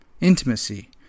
Intimacy